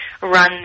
run